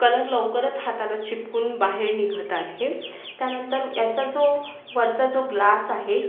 colour लवकरच हाताला चिपकून बाहेर निघत आहे त्यानंतर याचा जो वरचा जो ग्लास आहे